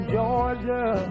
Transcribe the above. Georgia